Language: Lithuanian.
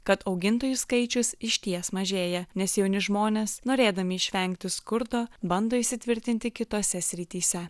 kad augintojų skaičius išties mažėja nes jauni žmonės norėdami išvengti skurdo bando įsitvirtinti kitose srityse